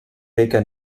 reikia